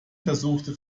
versuchte